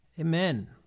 Amen